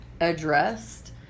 addressed